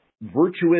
virtuous